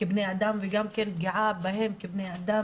כבני אדם וגם כן פגיעה בהם כבני אדם.